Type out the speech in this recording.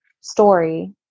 story